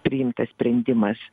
priimtas sprendimas